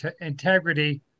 integrity